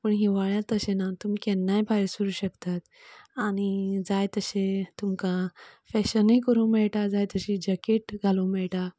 पण हिवाळ्यांत तशे ना तुमी केन्नाय भायर सरू शकतात आनी जाय तशे तुमकां फॅशनय करू मेळटा जाय तशी जॅकेट घालूंक मेळटा